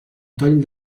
toll